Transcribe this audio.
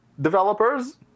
developers